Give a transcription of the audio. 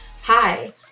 Hi